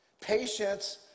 Patience